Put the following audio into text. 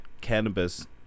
cannabis